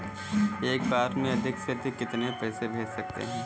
एक बार में अधिक से अधिक कितने पैसे भेज सकते हैं?